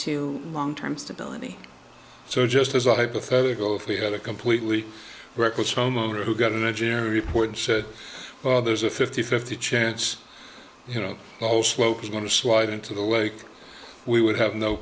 to long term stability so just as a hypothetical if we had a completely reckless homeowner who got imaginary report and said well there's a fifty fifty chance you know oh slope is going to slide into the lake we would have no